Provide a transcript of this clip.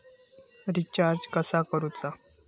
Recharge कसा करूचा?